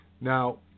Now